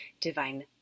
divine